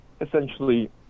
Essentially